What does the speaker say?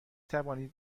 توانید